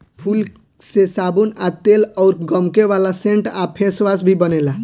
फूल से साबुन आ तेल अउर गमके वाला सेंट आ फेसवाश भी बनेला